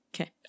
Okay